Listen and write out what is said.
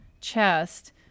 chest